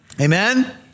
Amen